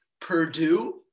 Purdue